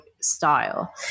style